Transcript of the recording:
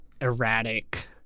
erratic